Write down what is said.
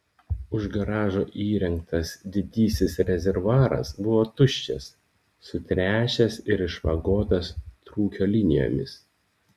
už garažo įrengtas didysis rezervuaras buvo tuščias sutręšęs ir išvagotas trūkio linijomis